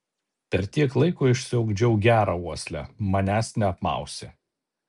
per tiek laiko išsiugdžiau gerą uoslę manęs neapmausi